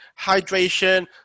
hydration